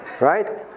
Right